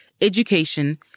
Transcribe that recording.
education